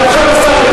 עכשיו השר ארדן